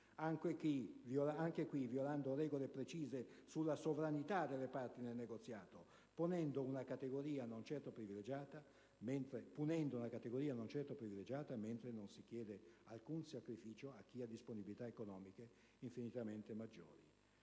anche qui violando regole precise sulla sovranità delle parti nel negoziato, punendo una categoria non certo privilegiata, mentre non si chiede alcun sacrificio a chi ha disponibilità economiche infinitamente maggiori.